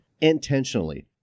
intentionally